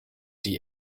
die